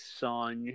song